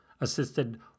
assisted